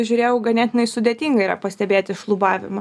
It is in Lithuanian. žiūrėjau ganėtinai sudėtinga yra pastebėti šlubavimą